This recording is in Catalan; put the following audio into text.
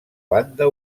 banda